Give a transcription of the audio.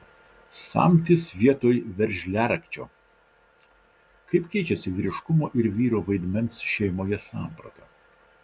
samtis vietoj veržliarakčio kaip keičiasi vyriškumo ir vyro vaidmens šeimoje samprata